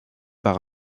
par